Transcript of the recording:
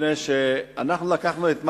מפני שאנחנו לקחנו את מח"ש,